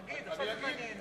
תגיד, עכשיו זה מעניין.